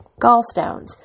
gallstones